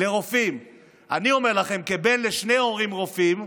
אני אומר לכם, כבן לשני הורים רופאים,